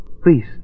Please